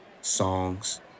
songs